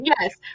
Yes